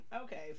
okay